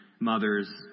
Mothers